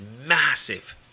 massive